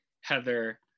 heather